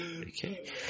Okay